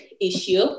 issue